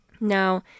Now